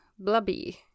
blubby